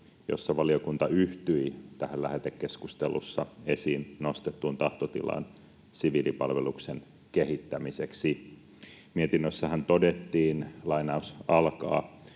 jossa valiokunta yhtyi tähän lähetekeskustelussa esiin nostettuun tahtotilaan siviilipalveluksen kehittämiseksi. Mietinnössähän todettiin: ”Työelämä- ja